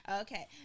Okay